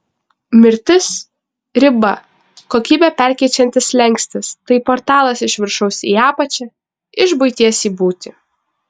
mirtis riba kokybę perkeičiantis slenkstis tai portalas iš viršaus į apačią iš buities į būtį